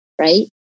right